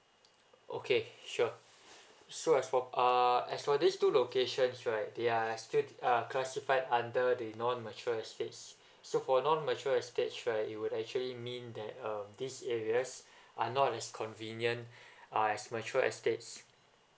okay sure so as for uh as for this two locations right they are still uh classified under the non mature estates so for non mature estates right you would actually mean that um these areas are not as convenient uh as mature estates